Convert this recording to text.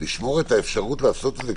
לשמור את האפשרות לעשות את זה,